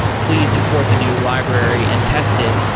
please import the new library and test it.